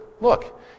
look